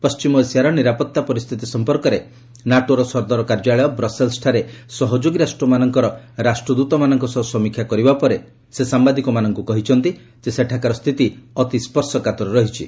ପଶ୍ଚିମ ଏସିଆର ନିରାପତ୍ତା ପରିସ୍ଥିତି ସମ୍ପର୍କରେ ନାଟୋର ସଦର କାର୍ଯ୍ୟାଳୟ ବ୍ରସେଲ୍ସଠାରେ ସହଯୋଗୀ ରାଷ୍ଟ୍ରମାନଙ୍କର ରାଷ୍ଟ୍ରଦୂତାମାନଙ୍କ ସହ ସମୀକ୍ଷା କରିବା ପରେ ସେ ସାମ୍ଭାଦିକମାନଙ୍କୁ କହିଛନ୍ତି ଯେ ସେଠାକାର ସ୍ଥିତି ଅତି ସ୍ୱର୍ଶକାତର ରହିଛି